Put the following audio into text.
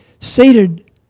seated